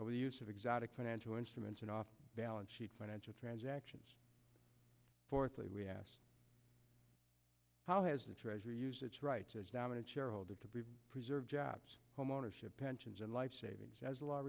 over the use of exotic financial instruments in off balance sheet financial transactions fourthly we asked how has the treasury used its rights as dominant shareholder to be preserve jobs homeownership pensions and life savings as a lot